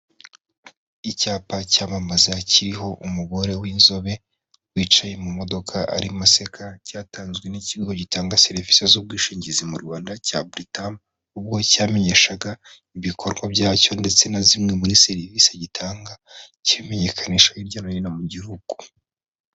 Icyapa cyamamaza kiriho umugore w'inzobe wicaye mu modoka arimo aseka, cyatanzwe n'ikigo gitanga serivisi z'ubwishingizi mu Rwanda cya Britam, ubwo cyamenyeshaga ibikorwa byacyo ndetse na zimwe muri serivisi gitanga, kibimenyekanisha hirya no hino mu gihugu.